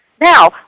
Now